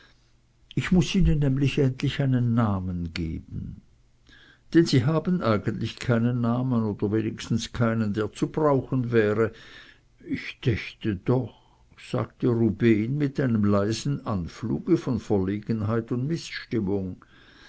ich muß ihnen nämlich endlich einen namen geben denn sie haben eigentlich keinen namen oder wenigstens keinen der zu brauchen wäre ich dächte doch sagte rubehn mit einem leisen anfluge von verlegenheit und mißstimmung